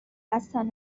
هستن